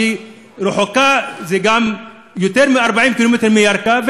שרחוקה יותר מ-40 ק"מ מירכא,